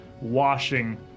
washing